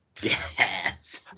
Yes